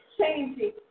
changing